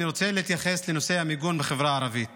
אני רוצה להתייחס לנושא המיגון בחברה הערבית